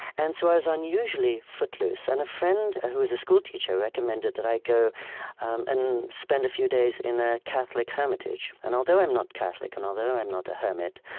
and so i was unusually footloose. and a friend who was a school teacher recommended that i go and spend a few days in a catholic hermitage. and although i am not catholic, and although i am not a hermit,